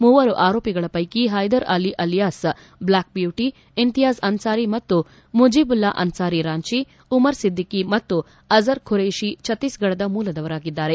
ಮೂವರು ಆರೋಪಿಗಳ ಪೈಕಿ ಹೈದರ್ ಆಲಿ ಅಲಿಯಾಸ್ ಬ್ಲ್ಹಾಕ್ ಬ್ಲೂಟಿ ಇಂತಿಯಾಜ್ ಅನ್ವಾರಿ ಮತ್ತು ಮುಜಿಬುಲ್ಲಾ ಅನಾರಿ ರಾಂಚಿ ಉಮರ್ ಸಿದ್ಧಿಕಿ ಮತ್ತು ಅಜರ್ ಖುರೇಷಿ ಛತ್ತೀಸ್ ಗಡದ ಮೂಲದವರಾಗಿದ್ದಾರೆ